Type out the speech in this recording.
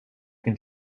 can